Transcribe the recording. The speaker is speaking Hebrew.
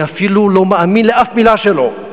אני לא מאמין לאף מלה שלו.